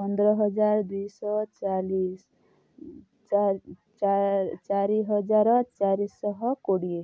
ପନ୍ଦର ହଜାର ଦୁଇ ଶହ ଚାଲିଶି ଚାରି ହଜାର ଚାରି ଶହ କୋଡ଼ିଏ